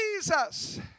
Jesus